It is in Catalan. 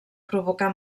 provocar